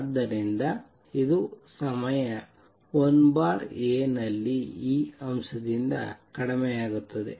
ಆದ್ದರಿಂದ ಇದು ಸಮಯ 1Aನಲ್ಲಿ E ಅಂಶದಿಂದ ಕಡಿಮೆಯಾಗುತ್ತದೆ